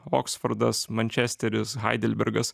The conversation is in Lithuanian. oksfordas mančesteris haidelbergas